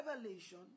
revelation